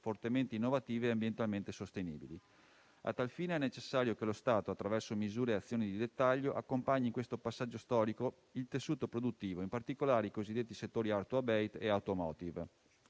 fortemente innovativi e ambientalmente sostenibili. A tal fine, è necessario che lo Stato, attraverso misure e azioni di dettaglio, accompagni in questo passaggio storico il tessuto produttivo, in particolare i cosiddetti settori *hard to abate* e *automotive*.